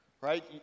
Right